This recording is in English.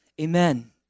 Amen